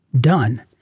done